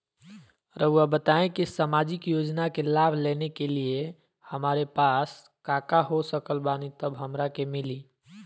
रहुआ बताएं कि सामाजिक योजना के लाभ लेने के लिए हमारे पास काका हो सकल बानी तब हमरा के मिली?